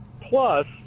plus